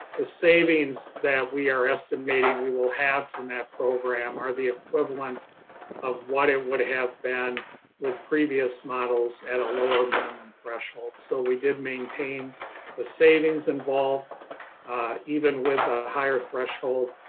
the savings that we are estimating we will have from that program or the equivalent of what it would have been with previous models at a lower minimum threshold. so we did maintain the savings involved even with a higher threshold.